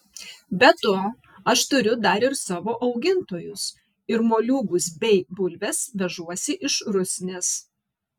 be to aš turiu dar ir savo augintojus ir moliūgus bei bulves vežuosi iš rusnės